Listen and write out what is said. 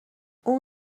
اون